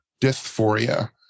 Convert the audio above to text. dysphoria